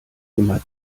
immer